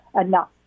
enough